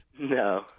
No